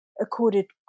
accorded